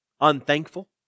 Unthankful